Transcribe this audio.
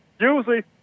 Usually